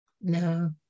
No